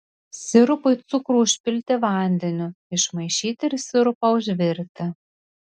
sirupui cukrų užpilti vandeniu išmaišyti ir sirupą užvirti